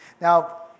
Now